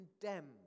condemned